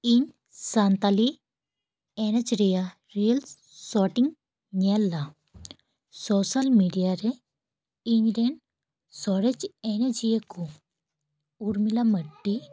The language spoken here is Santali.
ᱤᱧ ᱥᱟᱱᱛᱟᱞᱤ ᱮᱱᱮᱡ ᱨᱮᱭᱟᱜ ᱨᱤᱞᱥ ᱥᱚᱴᱤᱧ ᱧᱮᱞ ᱫᱟ ᱥᱳᱥᱟᱞ ᱢᱤᱰᱤᱭᱟᱨᱮ ᱤᱧᱨᱮᱱ ᱥᱚᱨᱮᱥ ᱮᱱᱮᱡᱤᱭᱟᱹ ᱠᱚ ᱩᱨᱢᱤᱞᱟ ᱢᱟᱨᱰᱤ